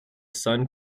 sun